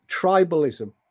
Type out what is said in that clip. tribalism